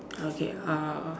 okay uh